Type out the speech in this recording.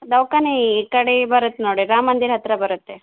ದವಾಖಾನೆ ಈ ಕಡೆ ಬರತ್ತೆ ನೋಡಿ ರಾಮ ಮಂದಿರ ಹತ್ತಿರ ಬರುತ್ತೆ